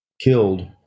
killed